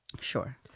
Sure